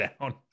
down